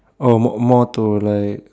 oh more more to like uh